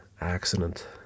accident